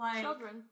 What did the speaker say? Children